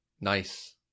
Nice